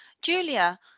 Julia